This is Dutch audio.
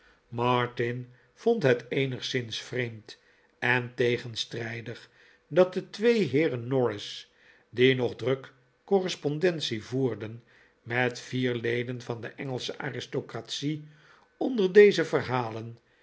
martin vond het eeriigszins vreemd en tegenstrijdig dat de twee heeren norris die nog druk correspondentie voerden met vier leden van de engelsche aristocratie onder deze verhalen